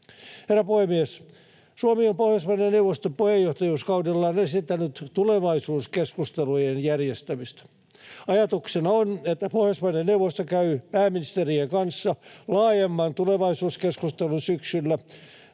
Herra puhemies! Suomi on Pohjoismaiden neuvoston puheenjohtajuuskaudellaan esittänyt tulevaisuuskeskustelujen järjestämistä. Ajatuksena on, että Pohjoismaiden neuvosto käy pääministerien kanssa laajemman tulevaisuuskeskustelun syksyllä